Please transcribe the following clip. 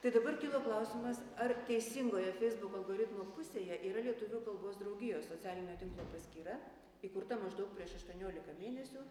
tai dabar kilo klausimas ar teisingoje feisbuk algoritmo pusėje yra lietuvių kalbos draugijos socialinio tinklo paskyra įkurta maždaug prieš aštuoniolika mėnesių